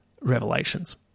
Revelations